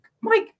Mike